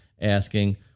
asking